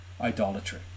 idolatry